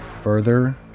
Further